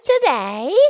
today